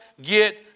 get